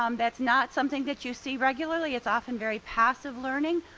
um that's not something that you see regularly, it's often very passive learning.